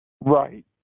Right